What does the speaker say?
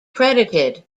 credited